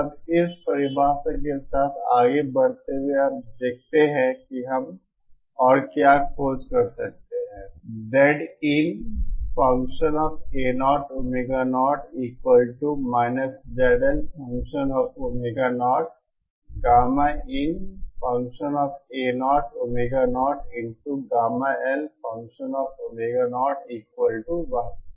अब इस परिभाषा के साथ आगे बढ़ते हुए अब देखते हैं कि हम और क्या खोज सकते हैं